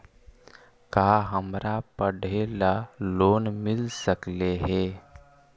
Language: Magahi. का हमरा पढ़े ल लोन मिल सकले हे?